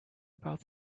about